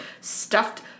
stuffed